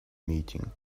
meeting